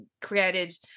created